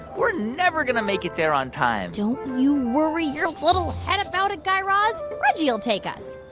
we're never going to make it there on time don't you worry your little head about it, guy raz. reggie will take us.